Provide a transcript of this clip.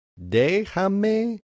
Déjame